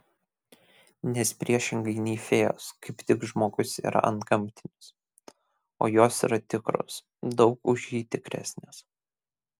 nes priešingai nei fėjos kaip tik žmogus yra antgamtinis o jos yra tikros daug už jį tikresnės